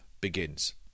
begins